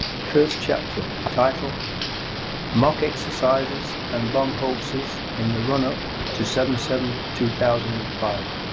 first chapter title mock exercises and bomb hoaxes in the run-up to seven seven two thousand and five.